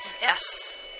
Yes